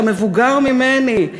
אתה מבוגר ממני,